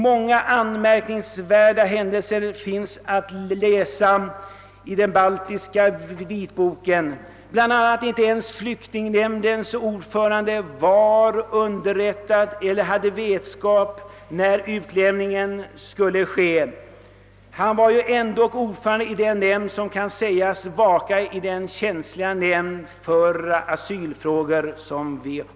Många anmärkningsvärda händelser finns återgivna i den baltiska vitboken. Bl.a. kan man läsa att inte ens fiyktingnämndens ordförande var underrättad eller hade vetskap om när utlämningen skulle ske. Han var ju ändå ordförande i den nämnd som kan sägas vaka över känsliga asylfrågor.